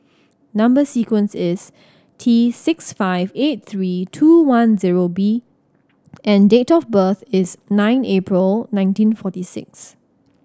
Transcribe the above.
number sequence is T six five eight three two one zero B and date of birth is nine April nineteen forty six